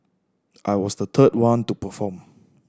I was the third one to perform